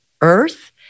earth